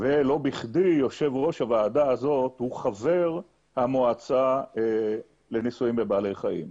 ולא בכדי יושב ראש הוועדה הזאת הוא חבר המועצה לניסויים בבעלי חיים.